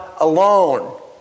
alone